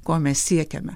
ko mes siekiame